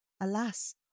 alas